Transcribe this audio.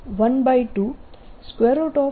Poynting Vector 10EB10n E0B0sin2k